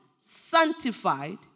sanctified